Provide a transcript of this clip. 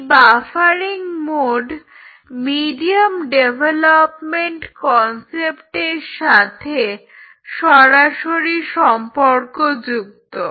এই বাফারিংয়ের mode medium development কনসেপ্টের সাথে সরাসরি সম্পর্কযুক্ত